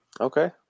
Okay